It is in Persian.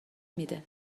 میده